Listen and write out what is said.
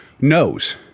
knows